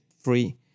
free